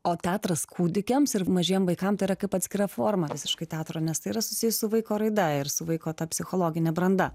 o teatras kūdikiams ir mažiem vaikam yra kaip atskira forma visiškai teatro nes tai yra susiję su vaiko raida ir su vaiko ta psichologine branda